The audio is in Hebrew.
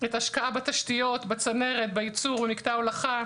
השקעה בתשתיות, בצנרת, בייצור, במקטע הולכה,